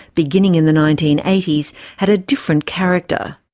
beginning in the nineteen eighty s had a different character.